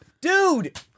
Dude